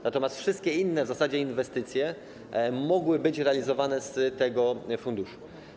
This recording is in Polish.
Natomiast wszystkie inne w zasadzie inwestycje mogły być realizowane z tego funduszu.